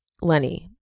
Lenny